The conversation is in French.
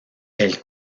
elle